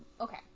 Okay